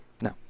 No